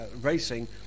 Racing